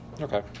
Okay